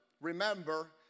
remember